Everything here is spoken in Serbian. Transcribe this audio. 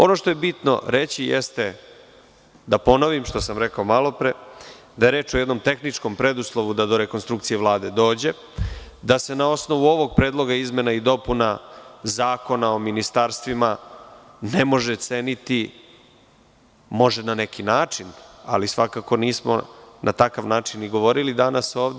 Ono što je bitno reći jeste, da ponovim što sam rekao i malopre, da je reč o jednom tehničkom preduslovu da do rekonstrukcije Vlade dođe, da se na osnovu ovog predloga izmena i dopuna Zakona o ministarstvima ne može ceniti, može na neki način, ali svakako nismo na takav način ni govorili danas ovde.